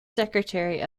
secretary